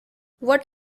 what